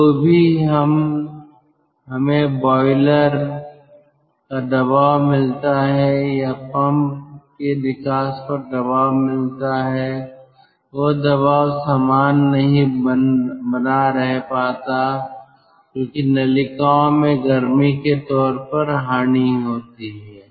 जो भी हमें बॉयलर का दबाव मिलता है या पंप के निकास पर दबाव मिलता है वह दबाव समान नहीं बना रह पाता क्योंकि नलिकाओं में गर्मी के तौर पर हानि होती है